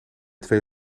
twee